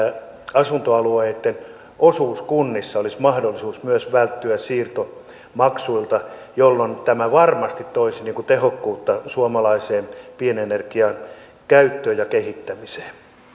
asuntoalueitten osuuskunnissa olisi mahdollisuus myös välttyä siirtomaksuilta jolloin tämä varmasti toisi tehokkuutta suomalaiseen pienenergian käyttöön ja kehittämiseen